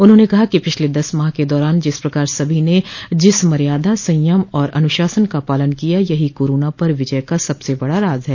उन्होंने कहा कि पिछल दस माह के दौरान जिस प्रकार सभी ने जिस मर्यादा संयम और अनुशासन का पालन किया यही कोरोना पर विजय का सबस बड़ा राज है